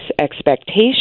expectation